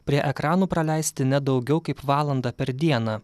prie ekranų praleisti ne daugiau kaip valandą per dieną